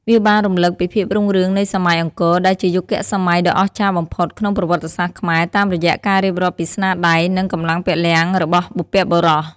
វាបានរំឭកពីភាពរុងរឿងនៃសម័យអង្គរ ដែលជាយុគសម័យដ៏អស្ចារ្យបំផុតក្នុងប្រវត្តិសាស្ត្រខ្មែរ តាមរយៈការរៀបរាប់ពីស្នាដៃ និងកម្លាំងពលំរបស់បុព្វបុរស។